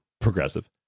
progressive